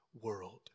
world